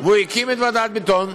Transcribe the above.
והוא הקים את ועדת ביטון.